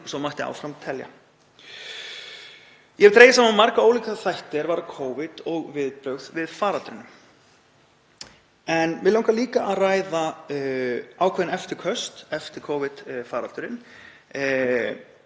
svo mætti áfram telja. Ég hef dregið saman marga ólíka þætti er varða Covid og viðbrögð við faraldrinum en mig langar líka að ræða ákveðin eftirköst eftir Covid-faraldurinn.